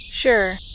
Sure